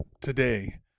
today